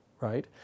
right